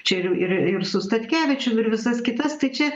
čia ir ir su statkevičium ir visas kitas tai čia